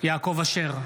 יעקב אשר,